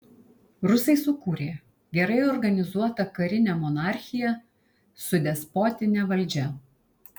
rusai sukūrė gerai organizuotą karinę monarchiją su despotine valdžia